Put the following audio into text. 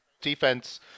defense